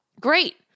Great